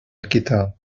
الكتاب